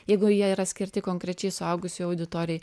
jeigu jie yra skirti konkrečiai suaugusių auditorijai